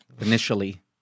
initially